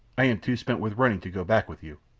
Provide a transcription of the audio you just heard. i am too spent with running to go back with you,